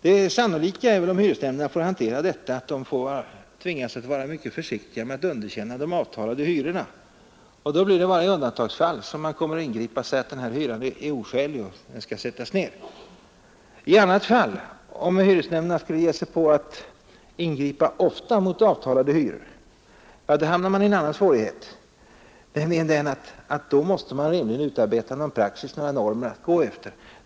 Det sannolika är väl, om hyresnämnderna får hantera detta, att de tvingas vara mycket försiktiga med att underkänna de avtalade hyrorna, och då blir det bara i undantagsfall som de kommer att ingripa och säga att en hyra är oskälig och skall sättas ned. Om hyresnämnderna skulle ge sig på att ingripa ofta mot avtalade hyror hamnar man i en annan svårighet, eftersom man då rimligen måste utarbeta några normer att gå efter.